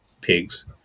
pigs